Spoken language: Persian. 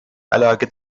علاقه